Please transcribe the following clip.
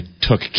took